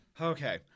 Okay